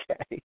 Okay